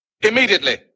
immediately